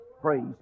Praise